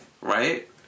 Right